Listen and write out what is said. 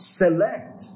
select